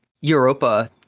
Europa